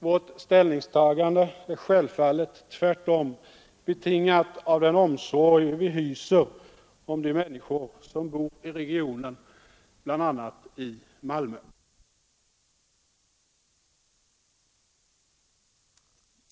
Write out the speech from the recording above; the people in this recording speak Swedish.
Vårt ställningstagande är självfallet tvärtom betingat av den omsorg som vi hyser om de människor som bor i regionen, bl.a. i Malmö. Herr talman! Jag ber att få yrka bifall till centerns reservation.